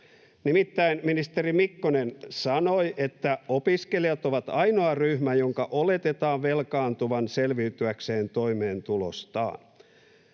Nimittäin edustaja Mikkonen sanoi, että opiskelijat ovat ainoa ryhmä, jonka oletetaan velkaantuvan selviytyäkseen toimeentulostaan.